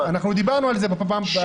דיברנו על זה בפעם הקודמת.